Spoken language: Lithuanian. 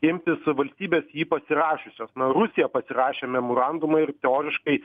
imtis valstybės jį pasirašiusios na rusija pasirašė memorandumą ir teoriškai